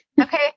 Okay